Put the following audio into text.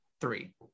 three